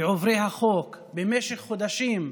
בעוברים על החוק במשך חודשים,